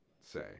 say